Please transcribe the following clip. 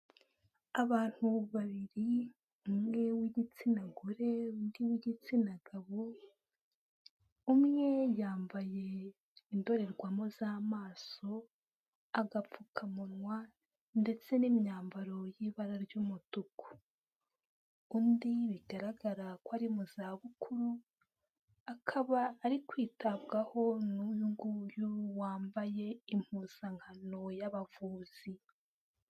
Abantu babiri, umwe w'igitsina gore, undi w'igitsina gabo, umwe yambaye indorerwamo z'amaso, agapfukamunwa ndetse n'imyambaro y'ibara ry'umutuku, undi bigaragara ko ari mu zabukuru, akaba ari kwitabwaho n'uyu nguyu wambaye impuzankano y'abavuzi.